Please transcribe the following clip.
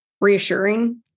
reassuring